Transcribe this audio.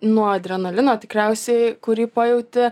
nuo adrenalino tikriausiai kurį pajauti